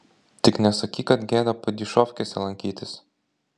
tik nesakyk kad gėda padyšofkėse lankytis